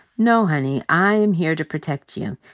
no, honey, i am here to protect you.